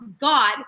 God